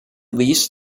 least